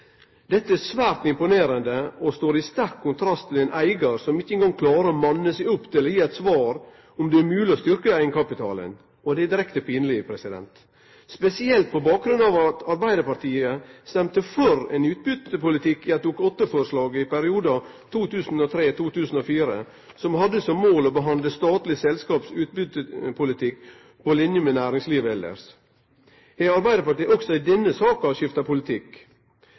Dette er svært imponerande og står i sterk kontrast til ein eigar som ikkje eingong klarer å manne seg opp til å gi eit svar på om det er mogleg å styrkje eigenkapitalen. Det er direkte pinleg, spesielt på bakgrunn av at Arbeidarpartiet stemde for ein utbyttepolitikk i samband med eit Dokument nr. 8-forslag i perioden 2003–2004 som hadde som mål å behandle statlege selskap på linje med næringslivet elles når det gjeld utbyttepolitikk. Har Arbeidarpartiet òg i denne saka skifta politikk?